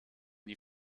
die